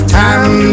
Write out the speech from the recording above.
time